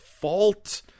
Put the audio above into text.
fault